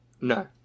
No